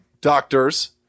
doctors